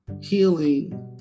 healing